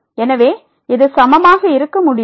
எனவே இது சமமாக இருக்க முடியாது